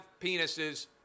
penises